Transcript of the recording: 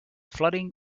flooding